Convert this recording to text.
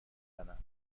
زنم